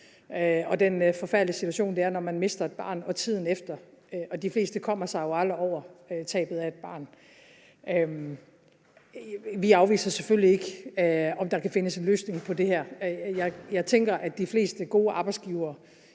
og den forfærdelige situation, det er, i tiden efter man mister et barn. De fleste kommer sig jo aldrig over tabet af et barn. Vi afviser selvfølgelig ikke, at der kan findes en løsning på det her. Jeg tænker, at de fleste gode arbejdsgivere